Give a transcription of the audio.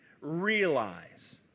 realize